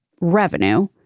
revenue